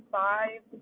five